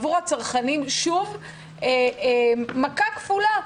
עבור הצרכנים שוב מכה כפולה: